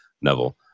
Neville